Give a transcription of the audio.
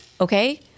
okay